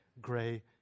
gray